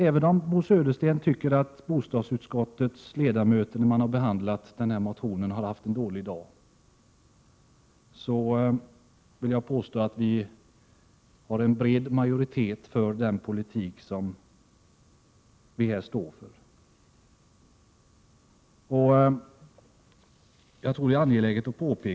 Även om Bo Södersten tycker att bostadsutskottets ledamöter hade en dålig dag när utskottet behandlade hans motion vill jag påstå att vi har en bred majoritet för den politik som socialdemokraterna här står för.